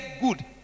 good